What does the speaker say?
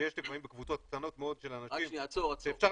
שיש לפעמים בקבוצות קטנות מאוד מאוד של אנשים שאפשר